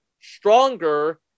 stronger